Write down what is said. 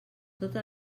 totes